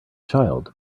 child